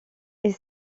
elle